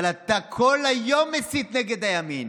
אבל אתה כל היום מסית נגד הימין,